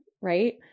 right